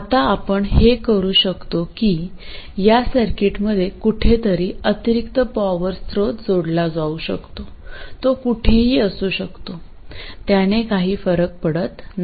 आता आपण हे करू शकतो की या सर्किटमध्ये कुठेतरी अतिरिक्त पॉवर स्रोत जोडला जाऊ शकतो तो कुठेही असू शकतो त्याने काही फरक पडत नाही